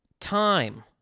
Time